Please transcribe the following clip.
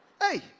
Hey